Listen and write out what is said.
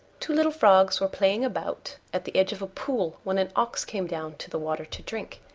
two little frogs were playing about at the edge of a pool when an ox came down to the water to drink,